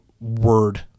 word